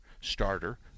starter